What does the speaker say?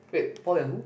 wait Paul and who